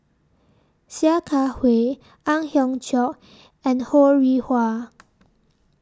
Sia Kah Hui Ang Hiong Chiok and Ho Rih Hwa